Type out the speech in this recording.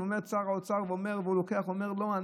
שר האוצר אומר: לא,